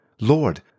Lord